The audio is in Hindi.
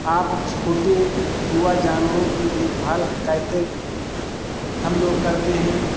आक छोटे युवा जानवरों की देखभाल कैसे हम लोग करते हैं